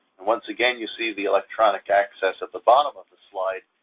once again, you see the electronic access at the bottom of the slide.